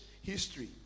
history